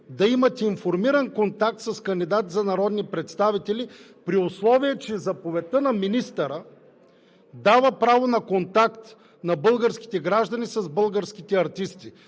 да имат информиран контакт с кандидатите за народни представители, при условие че заповедта на министъра дава право на контакт на българските граждани с българските артисти?